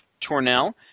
Tornell